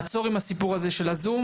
לעצור עם הסיפור של הזום.